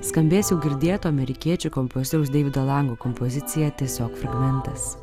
skambės jau girdėto amerikiečių kompozitoriaus deivido lango kompozicija tiesiog fragmentas